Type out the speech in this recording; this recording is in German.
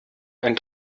ein